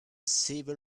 civil